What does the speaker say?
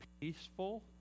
peaceful